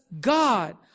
God